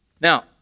Now